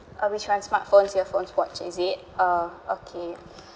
uh which one smartphones earphones watch is it uh okay